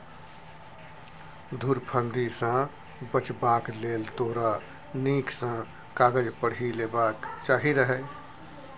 धुरफंदी सँ बचबाक लेल तोरा नीक सँ कागज पढ़ि लेबाक चाही रहय